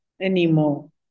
anymore